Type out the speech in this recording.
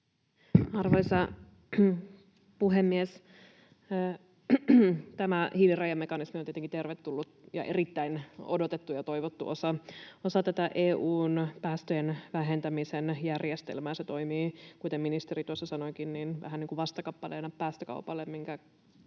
Arvoisa puhemies! Tämä hiilirajamekanismi on tietenkin tervetullut ja erittäin odotettu ja toivottu osa tätä EU:n päästöjen vähentämisen järjestelmää. Se toimii, kuten ministeri tuossa sanoikin, vähän niin kuin vastakappaleena päästökaupalle, minkä